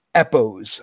epos